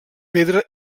pedra